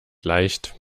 leicht